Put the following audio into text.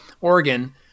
Oregon